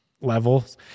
levels